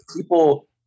people